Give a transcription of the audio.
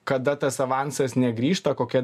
kada tas avansas negrįžta kokia